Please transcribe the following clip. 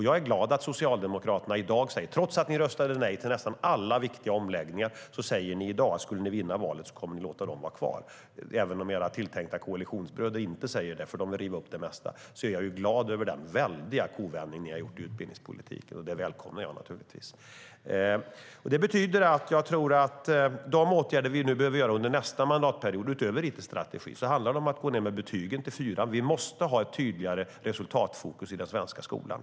Jag är glad att Socialdemokraterna i dag, trots att ni röstade nej till nästan alla viktiga omläggningar, säger att ni kommer att låta omläggningarna vara kvar om ni skulle vinna valet. Även om era tilltänkta koalitionsbröder inte säger det - de vill riva upp de mesta - är jag glad över den väldiga kovändning ni har gjort i utbildningspolitiken. Den välkomnar jag naturligtvis. Det betyder att jag tror att de åtgärder vi behöver vidta under nästa mandatperiod, utöver it-strategin, handlar om att gå ned med betygen till fyran. Vi måste ha ett tydligare resultatfokus i den svenska skolan.